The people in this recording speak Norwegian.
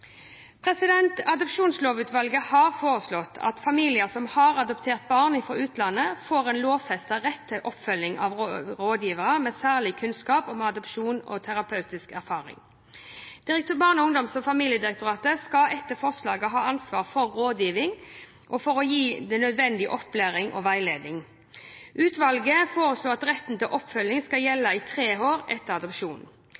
Adopsjonslovutvalget har foreslått at familier som har adoptert barn fra utlandet, får en lovfestet rett til oppfølging av rådgivere med særlig kunnskap om adopsjon og terapeutisk erfaring. Barne-, ungdoms- og familiedirektoratet skal etter forslaget ha ansvaret for rådgiverne og for å gi disse nødvendig opplæring og veiledning. Utvalget foreslår at retten til oppfølging skal gjelde i tre år etter